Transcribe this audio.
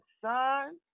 son